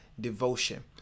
devotion